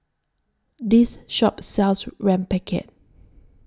This Shop sells Rempeyek